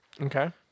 Okay